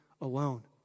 alone